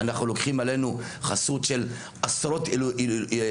אנחנו לוקחים עלינו חסות של עשרות אירועים